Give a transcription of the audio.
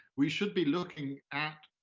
we should be looking at,